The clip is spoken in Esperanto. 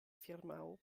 firmao